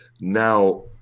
now